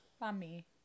Mommy